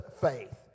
faith